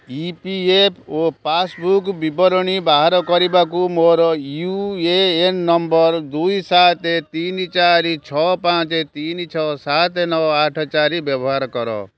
ଇ P F O passbook ବିବରଣୀ ବାହାର କରିବାକୁ ମୋର ୟୁ ଏ ଏନ୍ ନମ୍ବର୍ ଦୁଇ ସାତ ତିନି ଚାରି ଛଅ ପାଞ୍ଚ ତିନି ଛଅ ସାତ ନଅ ଆଠ ଚାରି ବ୍ୟବହାର କର